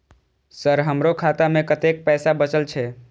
Sir हमरो खाता में कतेक पैसा बचल छे?